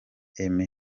emmy